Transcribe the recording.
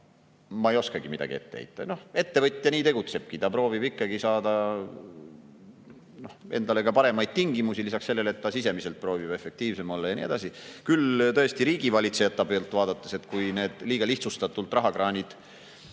ma ei oskagi midagi ette heita. Ettevõtja nii tegutsebki, ta proovibki saada endale paremaid tingimusi, lisaks sellele, et ta sisemiselt proovib efektiivsem olla ja nii edasi. Küll tõesti riigivalitsejate poolt vaadates, et kui need, lihtsustatult öeldes, rahakraanid